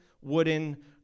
wooden